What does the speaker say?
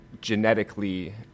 genetically